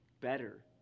better